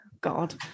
God